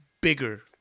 bigger